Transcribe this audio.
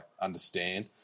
understand